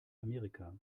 amerika